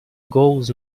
goals